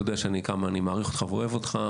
אתה יודע כמה אני מעריך אותך ואוהב אותך,